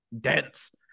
dense